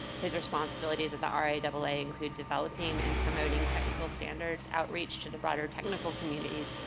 his responsibilities at the um ra-double-a include developing and promoting technical standards, outreach to the broader technical communities,